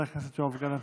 חבר הכנסת יואב גלנט,